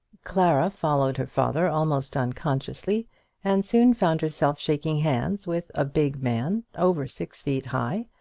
clara followed her father almost unconsciously and soon found herself shaking hands with a big man, over six feet high,